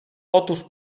otóż